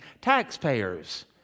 taxpayers